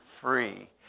free